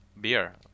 beer